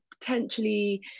potentially